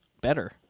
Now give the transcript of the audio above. better